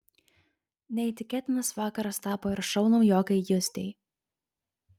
neįtikėtinas vakaras tapo ir šou naujokei justei